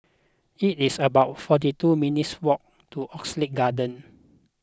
it is about forty two minutes' walk to Oxley Garden